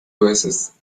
voices